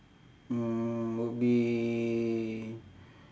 uh would be